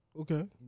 Okay